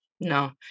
no